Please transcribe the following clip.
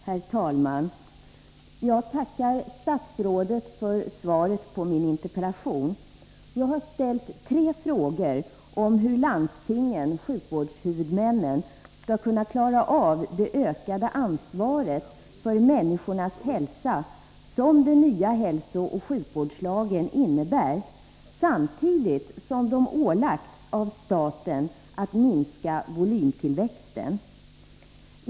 Herr talman! Jag tackar statsrådet för svaret på min interpellation. Jag har ställt tre frågor om hur landstingen-sjukvårdshuvudmännen skall kunna klara av det ökade ansvar för människornas hälsa som den nya hälsooch sjukvårdslagen innebär, samtidigt som de ålagts av staten att minska volymtillväxten.